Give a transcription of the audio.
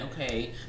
Okay